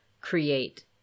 create